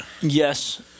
Yes